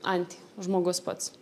antį žmogus pats